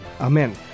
Amen